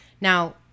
Now